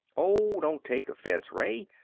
oh, don't take offense, ray,